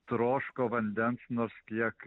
troško vandens nors kiek